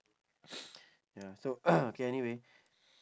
ya so K anyway